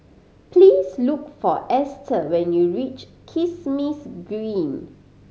please look for Esta when you reach Kismis Green